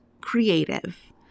creative